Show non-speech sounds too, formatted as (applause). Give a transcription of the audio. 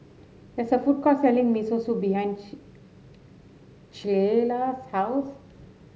there is a food court selling Miso Soup behind (unintelligible) Clella's house